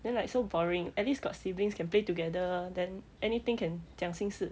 then like so boring at least got siblings can play together then anything can 讲心事